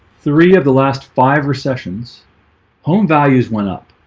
three of the last five recessions home values went up.